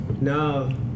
no